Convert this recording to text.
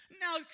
Now